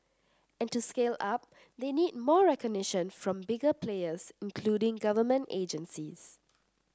and to scale up they need more recognition from bigger players including government agencies